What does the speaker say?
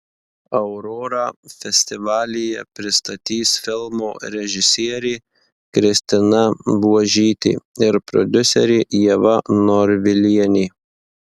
aurorą festivalyje pristatys filmo režisierė kristina buožytė ir prodiuserė ieva norvilienė